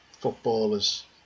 footballers